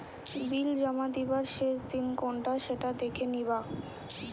বিল জমা দিবার শেষ দিন কোনটা সেটা দেখে নিবা